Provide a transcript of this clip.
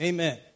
Amen